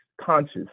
conscious